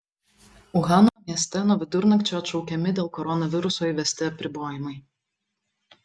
uhano mieste nuo vidurnakčio atšaukiami dėl koronaviruso įvesti apribojimai